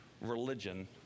religion